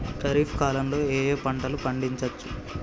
ఖరీఫ్ కాలంలో ఏ ఏ పంటలు పండించచ్చు?